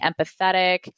empathetic